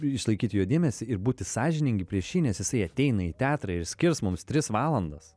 išlaikyti jo dėmesį ir būti sąžiningi prieš jį nes jisai ateina į teatrą ir skirs mums tris valandas